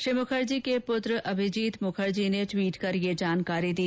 श्री मुखर्जी के पुत्र अभिजीत मुखर्जी ने ट्वीट कर यह जानकारी दी